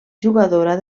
jugadora